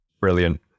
Brilliant